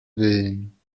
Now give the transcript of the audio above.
willen